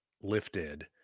lifted